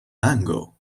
mango